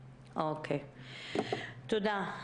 תודה.